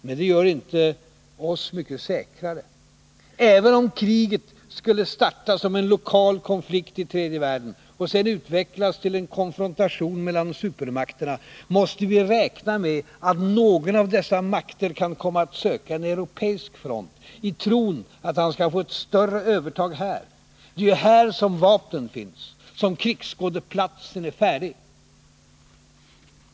Men det gör inte oss mycket säkrare. Även om kriget skulle starta som en lokal konflikt i tredje världen, och sedan utvecklas till en konfrontation mellan supermakterna, måste vi räkna med att någon av dessa makter kan komma att söka öppna en europeisk front i tron att han skall få ett större övertag här. Det är ju här som vapnen finns, som krigsskådeplatsen är färdig.